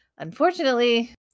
Unfortunately